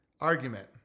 argument